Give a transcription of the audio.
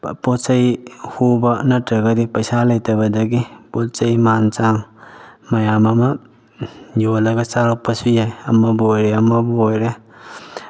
ꯄꯣꯠ ꯆꯩ ꯍꯨꯕ ꯅꯠꯇ꯭ꯔꯒꯗꯤ ꯄꯩꯁꯥ ꯂꯩꯇꯕꯗꯒꯤ ꯄꯣꯠ ꯆꯩ ꯃꯥꯟ ꯆꯥꯡ ꯃꯌꯥꯝ ꯑꯃ ꯌꯣꯜꯂꯒ ꯆꯥꯔꯛꯄꯁꯨ ꯌꯥꯏ ꯑꯃꯕꯨ ꯑꯣꯏꯔꯦ ꯑꯃꯕꯨ ꯑꯣꯏꯔꯦ